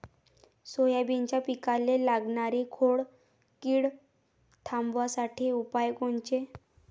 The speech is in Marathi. सोयाबीनच्या पिकाले लागनारी खोड किड थांबवासाठी उपाय कोनचे?